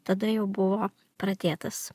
tada jau buvo pradėtas